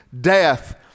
death